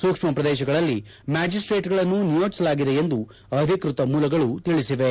ಸೂಕ್ಷ್ಮ ಸ್ಥಳಗಳಲ್ಲಿ ಮ್ಯಾಜಿಸ್ಟೇಟ್ಗಳನ್ನು ನಿಯೋಜಿಸಲಾಗಿದೆ ಎಂದು ಅಧಿಕೃತ ಮೂಲಗಳು ತಿಳಿಸಿವೆ